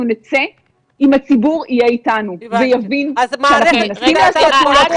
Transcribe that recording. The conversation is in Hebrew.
אנחנו נצא אם הציבור יהיה אתנו ויבין שאנחנו מנסים לעשות פעולות,